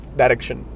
direction